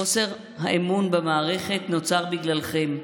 חוסר האמון במערכת נוצר בגללכם.